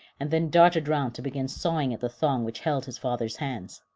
and then darted round to begin sawing at the thong which held his father's hands.